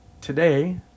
today